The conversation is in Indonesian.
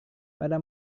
pada